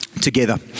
together